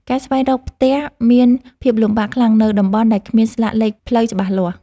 ការស្វែងរកផ្ទះមានភាពលំបាកខ្លាំងនៅតំបន់ដែលគ្មានស្លាកលេខផ្លូវច្បាស់លាស់។